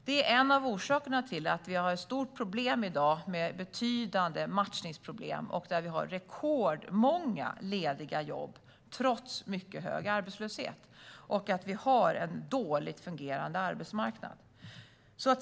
Det är en av orsakerna till att vi i dag har betydande matchningsproblem med rekordmånga lediga jobb trots mycket hög arbetslöshet och att vi har en dåligt fungerade arbetsmarknad.